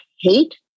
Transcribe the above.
hate